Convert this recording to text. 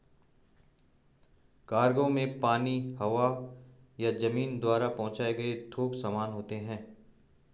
cargo में पानी, हवा या जमीन द्वारा पहुंचाए गए थोक सामान होते हैं